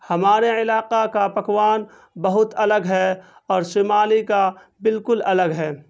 ہمارے علاقہ کا پکوان بہت الگ ہے اور شمالی کا بالکل الگ ہے